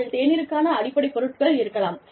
அதில் தேநீருக்கான அடிப்படை பொருட்கள் இருக்கலாம்